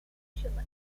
socialist